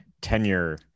tenure